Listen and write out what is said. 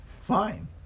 Fine